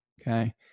okay